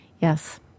Yes